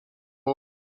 boy